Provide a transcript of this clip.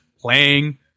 playing